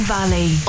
Valley